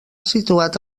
situat